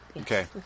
okay